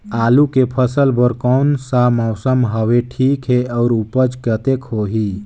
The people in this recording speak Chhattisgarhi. आलू के फसल बर कोन सा मौसम हवे ठीक हे अउर ऊपज कतेक होही?